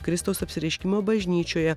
kristaus apsireiškimo bažnyčioje